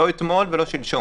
לא אתמול ולא שלשום.